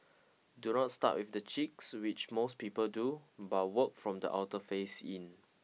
do not start with the cheeks which most people do but work from the outer face in